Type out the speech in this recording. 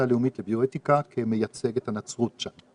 הלאומית לביואתיקה כמייצג את הנצרות שם.